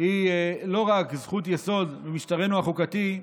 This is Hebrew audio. היא לא רק זכות יסוד במשטרנו החוקתי,